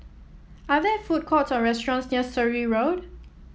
are there food courts or restaurants near Surrey Road